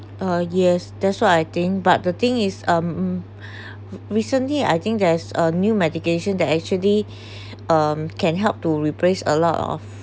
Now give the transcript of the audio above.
ah yes that's why I think but the thing is um recently I think there's uh new medication that actually um can help to replace a lot of